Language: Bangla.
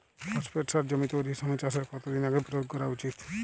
ফসফেট সার জমি তৈরির সময় চাষের কত দিন আগে প্রয়োগ করা উচিৎ?